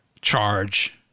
charge